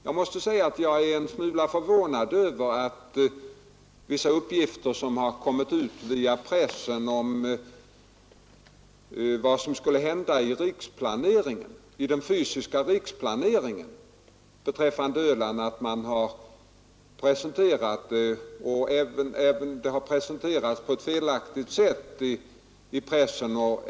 Jag är en smula förvånad över vissa uppgifter, som har kommit ut via pressen om vad som skall hända med Öland vid den fysiska riksplaneringen. Förhållandena har presenterats på ett felaktigt sätt i pressen.